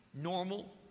normal